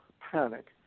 panic